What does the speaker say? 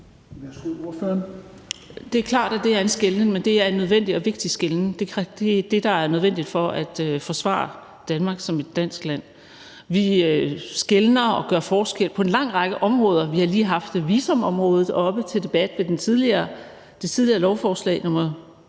Det er klart, at det er en skelnen, men det er en nødvendig og vigtig skelnen. Det er det, der er nødvendigt for at forsvare Danmark som et dansk land. Vi skelner og gør forskel på en lang række områder. Vi har lige haft visumområdet oppe til debat ved det tidligere lovforslag,